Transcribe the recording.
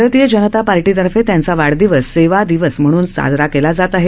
भारतीय जनता पक्षातर्फे त्यांचा वाढदिवस सेवा दिवस म्हणून साजरा केला जात आहे